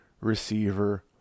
receiver